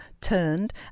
turned